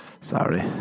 Sorry